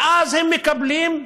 ואז הם מקבלים,